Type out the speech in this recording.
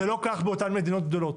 זה לא כך באותן מדינות גדולות.